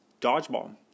Dodgeball